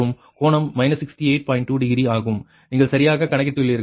2 degree ஆகும் நீங்கள் சரியாக கணக்கிட்டுள்ளீர்கள்